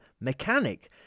mechanic